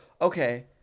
okay